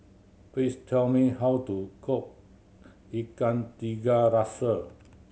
please tell me how to cook Ikan Tiga Rasa